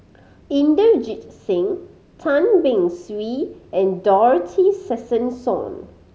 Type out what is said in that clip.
Inderjit Singh Tan Beng Swee and Dorothy Tessensohn